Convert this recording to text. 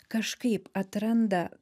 kažkaip atranda